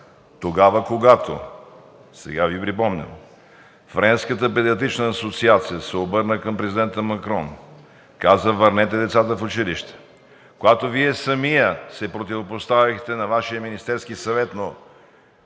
Тогава, когато – сега Ви припомням – Френската педиатрична асоциация се обърна към президента Макрон, каза: „Върнете децата в училище!“, когато Вие самият се противопоставихте на Вашия Министерски съвет, но